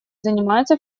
занимается